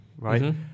right